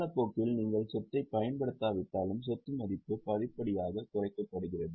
காலப்போக்கில் நீங்கள் சொத்தைப் பயன்படுத்தாவிட்டாலும் சொத்து மதிப்பு படிப்படியாகக் குறைகிறது